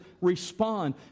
respond